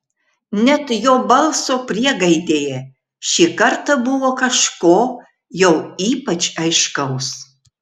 net jo balso priegaidėje šį kartą buvo kažko jau ypač aiškaus